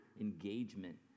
engagement